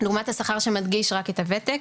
לעומת השכר שמדגיש רק את הוותק.